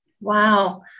Wow